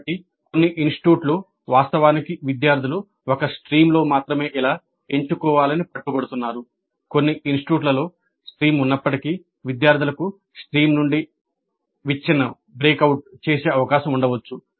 కాబట్టి కొన్ని ఇన్స్టిట్యూట్లు వాస్తవానికి విద్యార్థులు ఒక స్ట్రీమ్లో చేసే అవకాశం ఉండవచ్చు